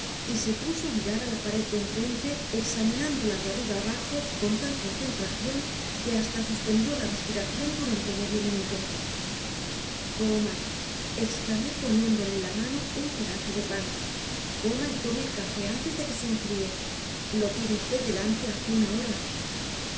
y se puso a mirar a la pared de enfrente examinándola de arriba abajo con tal concentración que hasta suspendió la respiración durante medio minuto coma exclamé poniéndole en la mano un pedazo de pan coma y tome el café antes de que se enfríe lo tiene usted delante hace una hora